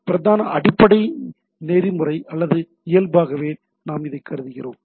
பிரதான அடிப்படை நெறிமுறை அல்லது இயல்பாகவே நாம் கருதுகிறோம்